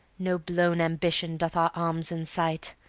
no blown ambition doth our arms incite,